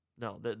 No